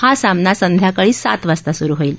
हा सामना संध्याकाळी सात वाजता सुरु होईल